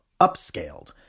upscaled